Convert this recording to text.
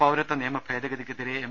പൌരത്വനിയമഭേദഗതിക്കെതിരെ M